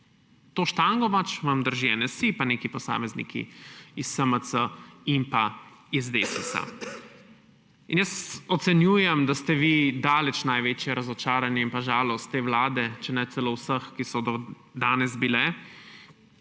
to štango vam držijo NSi pa neki posamezniki iz SMC in iz Desusa. Ocenjujem, da ste vi daleč največje razočaranje in žalost te vlade, če ne celo vseh, ki so do danes bile.